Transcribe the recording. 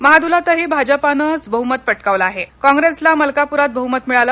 महादुलातही भाजपानंच बहुमत पटकावलं आहे कॉप्रेसला मलकापुरात बहुमत मिळालं